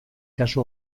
kasu